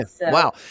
Wow